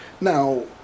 Now